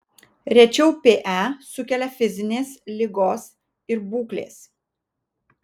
rečiau pe sukelia fizinės ligos ir būklės